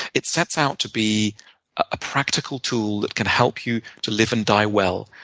it sets out to be a practical tool that can help you to live and die well.